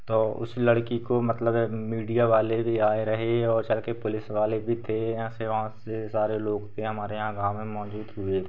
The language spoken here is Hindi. तो उस लड़की को मतलब मीडिया वाले भी आए रहे और सर के पुलिस वाले भी थे यहाँ से वहाँ से सारे लोग थे हमारे यहाँ गाँव में मौजूद हुए थे